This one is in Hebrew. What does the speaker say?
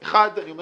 אחד, אני אומר